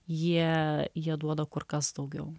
jie jie duoda kur kas daugiau